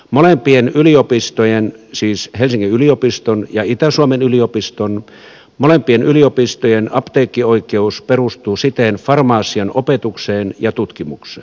molempien yliopistojen siis helsingin yliopiston ja itä suomen yliopiston apteekkioikeus perustuu siten farmasian opetukseen ja tutkimukseen